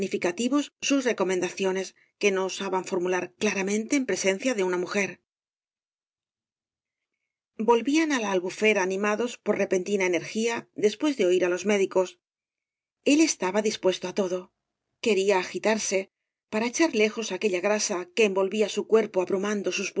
sus recomendaciones que no osaban formular claramente en presencia de una mujer volvían á la albufera animados por repentina energía después de oir á los médicos el estaba dispuesto á todo quería agitarse para echar lejos aquella grasa que envolvía su cuerpo abrumando sus